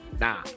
Nah